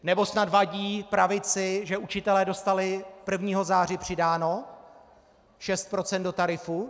Nebo snad vadí pravici, že učitelé dostali 1. září přidáno 6 % do tarifu?